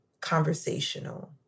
conversational